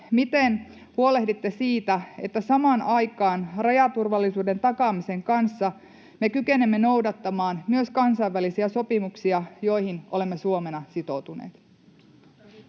miten huolehditte siitä, että samaan aikaan rajaturvallisuuden takaamisen kanssa me kykenemme noudattamaan myös kansainvälisiä sopimuksia, joihin olemme Suomena sitoutuneet?